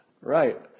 Right